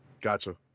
Gotcha